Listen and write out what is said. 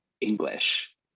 english